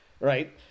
right